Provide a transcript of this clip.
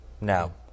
No